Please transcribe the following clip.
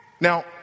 Now